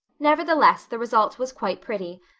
nevertheless, the result was quite pretty,